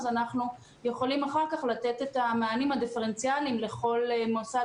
אנחנו יכולים לתת אחר כך את המענים הדיפרנציאליים לכל מוסד